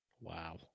Wow